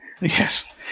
Yes